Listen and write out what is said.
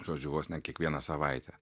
žodžiu vos ne kiekvieną savaitę